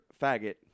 faggot